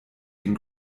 den